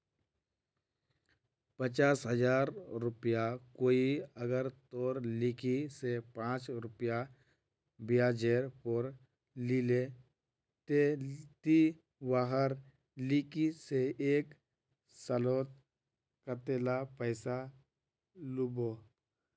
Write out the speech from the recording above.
पचास हजार रुपया कोई अगर तोर लिकी से पाँच रुपया ब्याजेर पोर लीले ते ती वहार लिकी से एक सालोत कतेला पैसा लुबो?